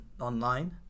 online